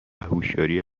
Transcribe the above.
هوشیاری